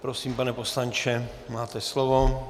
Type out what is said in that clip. Prosím, pane poslanče, máte slovo.